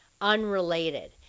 unrelated